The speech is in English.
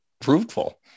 fruitful